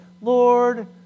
Lord